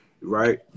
right